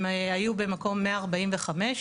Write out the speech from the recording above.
הם היו במקום 145,